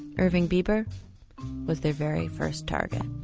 irving bieber was their very first target.